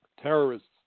terrorists